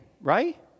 right